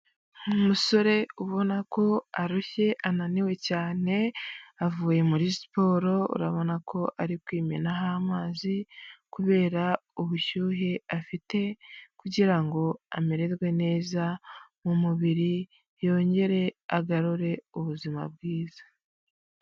Umusore ubona ko arushye ananiwe cyane avuye muri siporo urabona ko ari kwimenaho amazi kubera ubushyuhe afite kugira ngo amererwe neza mu mubiri yongere agarure ubuzima bwiza.